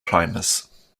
climbers